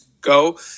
go